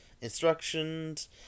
instructions